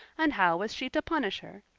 and how was she to punish her?